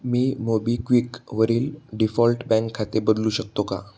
मी मोबिक्विकवरील default bank खाते बदलू शकतो का